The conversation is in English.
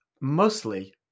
mostly